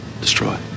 destroy